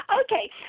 Okay